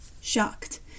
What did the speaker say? Shocked